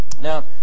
Now